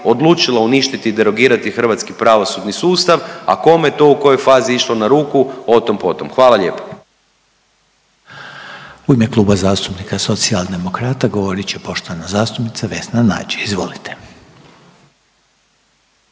odlučila uništiti i derogirati hrvatski pravosudni sustav, a koje je to u kojoj fazi išlo ruku o tom potom. Hvala lijepo. **Reiner, Željko (HDZ)** U ime Kluba zastupnika Socijaldemokrata govorit će poštovana zastupnica Vesna Nađ. Izvolite.